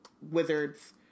wizards